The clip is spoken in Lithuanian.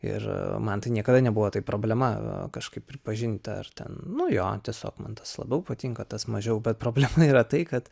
ir man tai niekada nebuvo tai problema kažkaip pripažinta ar ten nu jo tiesiog man tas labiau patinka tas mažiau bet problema yra tai kad